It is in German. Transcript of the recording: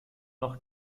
noch